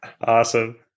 Awesome